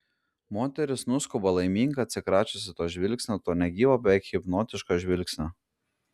moteris nuskuba laiminga atsikračiusi to žvilgsnio to negyvo beveik hipnotiško žvilgsnio